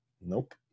Nope